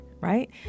right